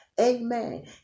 Amen